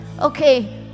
okay